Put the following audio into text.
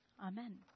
Amen